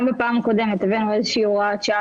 גם בפעם הקודמת הבאנו איזושהי הוראת שעה